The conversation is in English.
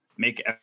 make